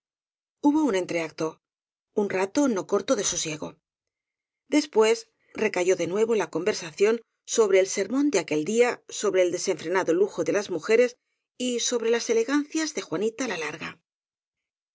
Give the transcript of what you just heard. hubo un entreacto un rato no corto de sosiego después recayó de nuevo la conversación sobre el sermón de aquel día sobre el desenfrenado lujo de las mujeres y sobre las elegancias de juanita la larga